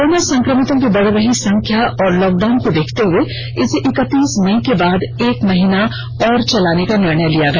corona संक्रमितों की बढ़ रही संख्या और लॉकडाउन को देखते हुए इसे इकतीस मई के बाद एक महीना और चलाने का निर्णय लिया गया